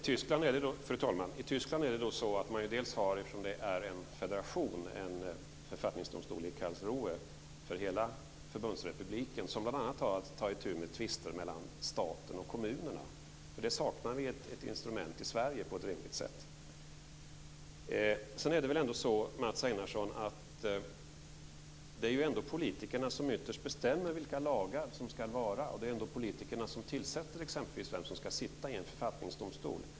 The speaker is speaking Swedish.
Fru talman! I Tyskland har man, eftersom det är en federation, en författningsdomstol i Karlsruhe för hela förbundsrepubliken. Den har bl.a. att ta itu med tvister mellan staten och kommunerna. Det saknar vi ett instrument för i Sverige på ett rimligt sätt. Det är politikerna som ytterst bestämmer vilka lagar som ska gälla och politikerna som tillsätter exempelvis dem som ska sitta i en författningsdomstol.